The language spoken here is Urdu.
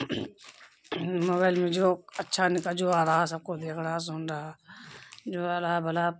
موبائل میں جو اچھا نیکا جو آ رہا سب کو دیکھ رہا سن رہا جو آ رہا بھلا